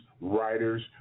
writers